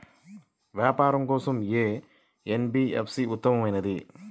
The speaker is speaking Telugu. వ్యాపారం కోసం ఏ ఎన్.బీ.ఎఫ్.సి ఉత్తమమైనది?